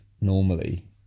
normally